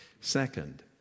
Second